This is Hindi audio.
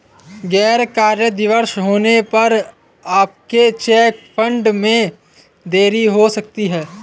गैर कार्य दिवस होने पर आपके चेक फंड में देरी हो सकती है